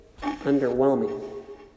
underwhelming